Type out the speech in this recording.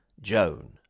Joan